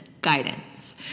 guidance